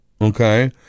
okay